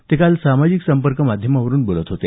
ते काल सामाजिक संपर्क माध्यमावरून बोलत होते